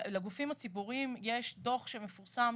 לגבי גופים ציבוריים יש דוח שלנו שמפורסם